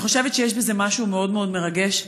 אני חושבת שיש בזה משהו מאוד מאוד מרגש.